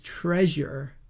treasure